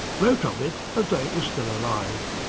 wrote of it as though it was still alive.